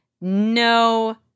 No